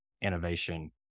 innovation